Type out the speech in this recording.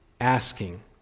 asking